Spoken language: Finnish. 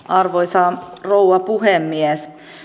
arvoisa rouva puhemies